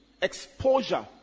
exposure